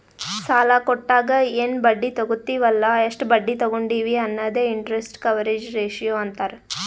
ಸಾಲಾ ಕೊಟ್ಟಾಗ ಎನ್ ಬಡ್ಡಿ ತಗೋತ್ತಿವ್ ಅಲ್ಲ ಎಷ್ಟ ಬಡ್ಡಿ ತಗೊಂಡಿವಿ ಅನ್ನದೆ ಇಂಟರೆಸ್ಟ್ ಕವರೇಜ್ ರೇಶಿಯೋ ಅಂತಾರ್